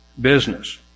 business